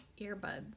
earbud